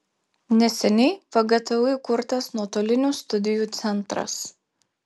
neseniai vgtu įkurtas nuotolinių studijų centras